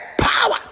power